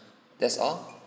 that's all